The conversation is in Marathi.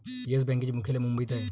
येस बँकेचे मुख्यालय मुंबईत आहे